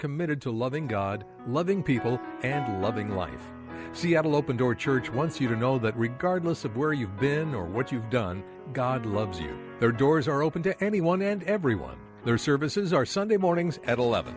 committed to loving god loving people and loving life so you have an open door church once you know that regardless of where you've been or what you've done god loves you there doors are open to anyone and everyone their services are sunday mornings at eleven